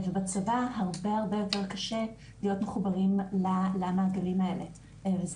בצבא הרבה יותר קשה להיות מחוברים למעגלים האלה וזה